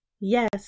Yes